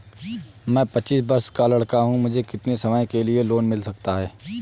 मैं पच्चीस वर्ष का लड़का हूँ मुझे कितनी समय के लिए लोन मिल सकता है?